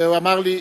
והוא אמר לי,